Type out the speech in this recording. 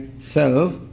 self